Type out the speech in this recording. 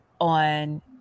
On